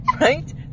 Right